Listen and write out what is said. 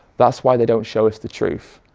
that's why they don't show us the truth.